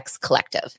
Collective